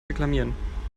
reklamieren